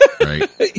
right